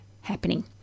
happening